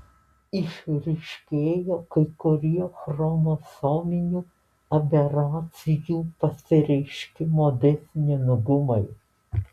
išryškėjo kai kurie chromosominių aberacijų pasireiškimo dėsningumai